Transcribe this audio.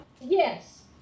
Yes